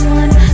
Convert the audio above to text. one